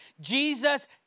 Jesus